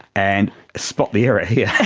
and spot the error here! yeah